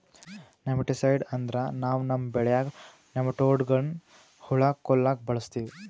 nematicide ಅಂದ್ರ ನಾವ್ ನಮ್ಮ್ ಬೆಳ್ಯಾಗ್ ನೆಮಟೋಡ್ಗಳ್ನ್ ಹುಳಾ ಕೊಲ್ಲಾಕ್ ಬಳಸ್ತೀವಿ